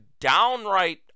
downright